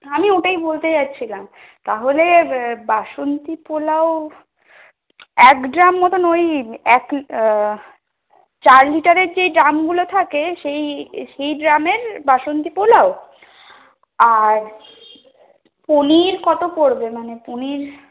আমি ওটাই বলতে যাচ্ছিলাম তাহলে বাসন্তী পোলাও এক ড্রাম মতন ওই এক চার লিটারের যেই ড্রামগুলো থাকে সেই সেই ড্রামের বাসন্তী পোলাও আর পনির কত পরবে মানে পনির